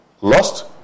lost